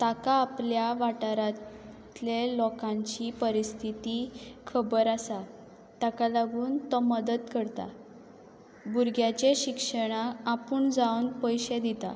ताका आपल्या वाठारांतले लोकांची परिस्थिती खबर आसा ताका लागून तो मदत करता भुरग्यांचे शिक्षणाक आपूण जावन पयशे दिता